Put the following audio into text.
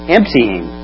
Emptying